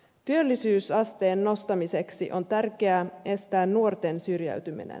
työllisyysasteen nostamiseksi on tärkeää estää nuorten syrjäytyminen